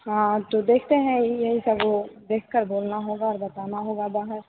हाँ तो देखते हैं ये यही सब वो देखकर बोलना होगा और बताना होगा बाहर